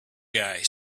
guy